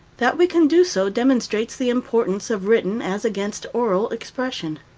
that we can do so demonstrates the importance of written as against oral expression.